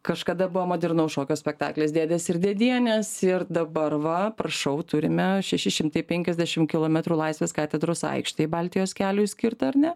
kažkada buvo modernaus šokio spektaklis dėdės ir dėdienės ir dabar va prašau turime šeši šimtai penkiasdešimt kilometrų laisvės katedros aikštėje baltijos keliui skirtą ar ne